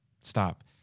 Stop